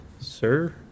sir